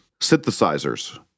Synthesizers